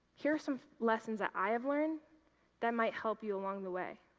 here are some lessons that i have learned that might help you along the way.